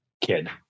Kid